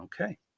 Okay